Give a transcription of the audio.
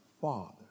father